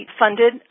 funded